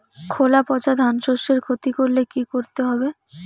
খোলা পচা ধানশস্যের ক্ষতি করলে কি করতে হবে?